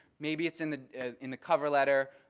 maybe it's in the in the cover letter,